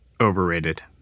Overrated